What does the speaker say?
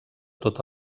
tot